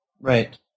Right